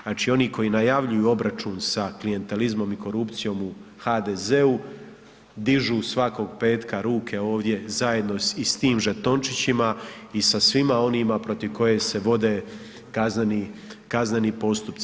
Znači, oni koji najavljuju obračun sa klijentelizmom i korupcijom u HDZ-u dižu svakog petka ruke ovdje zajedno i sa tim žetončićima i sa svima onima protiv kojih se vode kazneni, kazneni postupci.